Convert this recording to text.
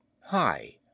Hi